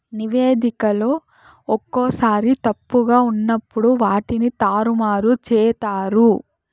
నివేదికలో ఒక్కోసారి తప్పుగా ఉన్నప్పుడు వాటిని తారుమారు చేత్తారు